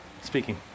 speaking